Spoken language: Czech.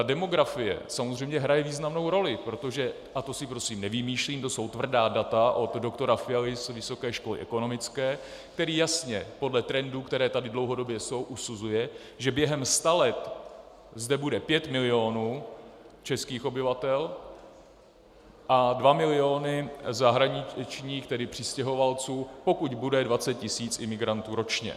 Demografie samozřejmě hraje významnou roli, protože a to si prosím nevymýšlím, to jsou tvrdá data od doktora Fialy z Vysoké školy ekonomické, který jasně podle trendů, které tady dlouhodobě jsou, usuzuje, že během sta let zde bude pět milionů českých obyvatel a dva miliony zahraničních, tedy přistěhovalců, pokud bude dvacet tisíc imigrantů ročně.